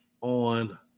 on